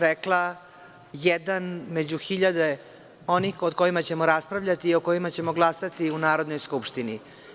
Rekla bih jedan među hiljade onih kod kojih ćemo raspravljati i o kojima ćemo glasati u Narodnoj skupštini.